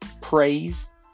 praise